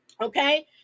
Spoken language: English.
Okay